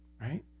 right